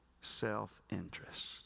self-interest